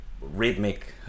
rhythmic